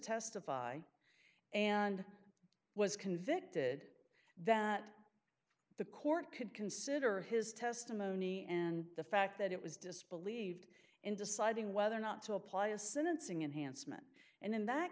testify and was convicted that the court could consider his testimony and the fact that it was disbelieved in deciding whether or not to apply a sentencing enhanced men and in that